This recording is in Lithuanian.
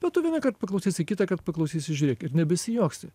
bet tu vienąkart paklausysi kitąkart paklausysiu žiūrėk ir nebesijuoksi